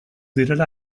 direla